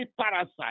parasite